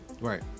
Right